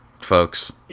folks